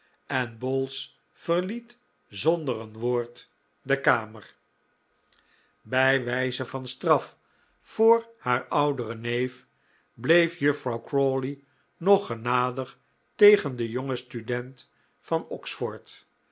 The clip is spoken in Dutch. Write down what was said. en bowls verliet zonder een woord de kamer bij wijze van straf voor haar ouderen neef bleef juffrouw crawley nog genadig tegen den jongen student van oxford